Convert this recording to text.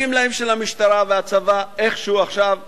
הגמלאים של המשטרה והצבא איכשהו עכשיו בסדר,